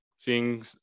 Seeing